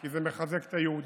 כי זה מחזק את היהודים.